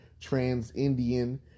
trans-Indian